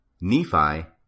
Nephi